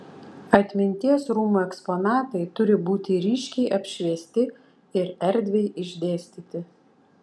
atminties rūmų eksponatai turi būti ryškiai apšviesti ir erdviai išdėstyti